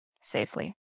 safely